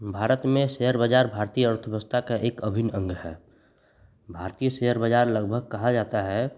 भारत में शेयर बाज़ार भारतीय अर्थव्यवस्था का एक अभिन्न अंग है भारतीय शेयर बाज़ार लगभग कहा जाता है